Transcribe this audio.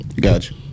Gotcha